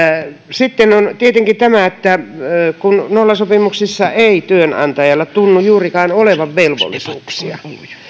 sitten on tietenkin tämä että nollasopimuksissa ei työnantajalla tunnu juurikaan olevan velvollisuuksia